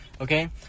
Okay